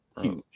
huge